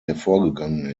hervorgegangen